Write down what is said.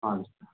हजुर